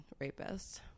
rapists